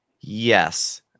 Yes